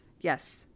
Yes